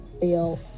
feel